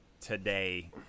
today